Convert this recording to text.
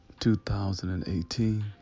2018